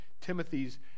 Timothy's